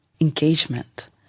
engagement